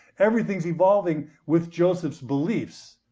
everything's evolving with joseph's beliefs,